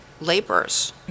laborers